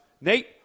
Nate